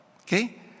okay